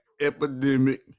epidemic